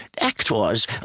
Actors